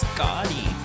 Scotty